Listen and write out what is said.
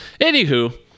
anywho